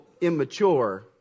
Immature